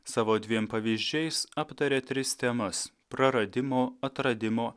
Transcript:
savo dviem pavyzdžiais aptaria tris temas praradimo atradimo